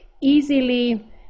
easily